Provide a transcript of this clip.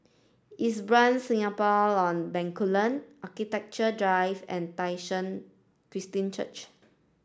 Singapore on Bencoolen Architecture Drive and Tai Seng Christian Church